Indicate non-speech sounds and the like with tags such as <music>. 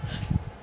<laughs>